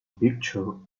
picture